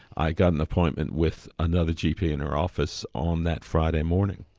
i got an appointment with another gp in her office on that friday morning.